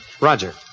Roger